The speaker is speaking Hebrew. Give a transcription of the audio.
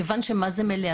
כיוון שמה זה מלאה,